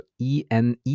ene